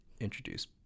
introduce